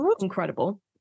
Incredible